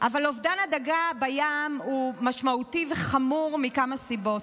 אבל אובדן הדגה בים הוא משמעותי וחמור מכמה סיבות.